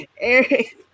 Eric